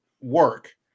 work